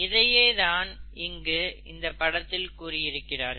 இதையே தான் இங்கு இந்த படத்தில் கூறியிருக்கிறார்கள்